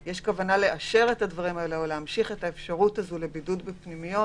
יש כוונה לאשר את המשך הבידוד בפנימיות.